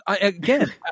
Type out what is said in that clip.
again